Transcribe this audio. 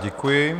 Děkuji.